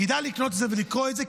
כדאי לקנות את זה ולקרוא את זה,